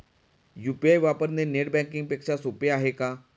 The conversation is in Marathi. यु.पी.आय वापरणे नेट बँकिंग पेक्षा सोपे आहे का?